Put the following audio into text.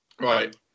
Right